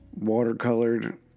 watercolored